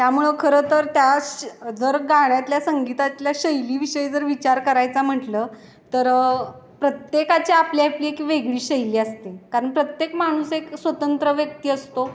त्यामुळं खरं तर त्या श जर गाण्यात संगीतातल्या शैलीविषयी जर विचार करायचा म्हटलं तर प्रत्येकाच्या आपली आपली एक वेगळी शैली असते कारण प्रत्येक माणूस एक स्वतंत्र व्यक्ती असतो